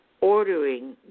ordering